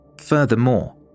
Furthermore